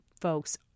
folks